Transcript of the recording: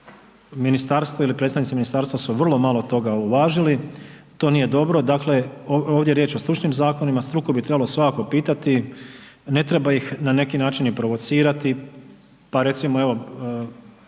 ministarstvo ili predstavnici ministarstva su vrlo malo toga uvažili to nije dobro. Dakle, ovdje je riječ o stručnim zakonima, struku bi trebalo svakako pitati, ne treba ih na neki način ni provocirati. Pa recimo, evo,